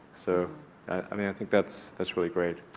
so i mean i think that's that's really great.